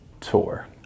tour